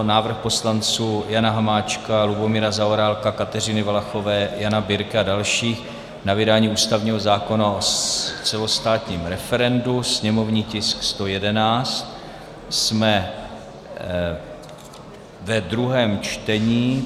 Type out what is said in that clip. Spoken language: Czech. Návrh poslanců Jana Hamáčka, Lubomíra Zaorálka, Kateřiny Valachové, Jana Birke a dalších na vydání ústavního zákona o celostátním referendu /sněmovní tisk 111/ druhé čtení